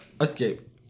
escape